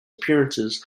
appearances